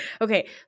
Okay